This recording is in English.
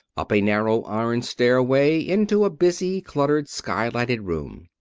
up a narrow iron stairway, into a busy, cluttered, skylighted room.